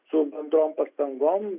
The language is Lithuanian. su bendrom pastangom lengva